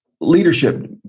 leadership